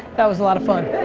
that was a lot of fun.